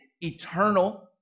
eternal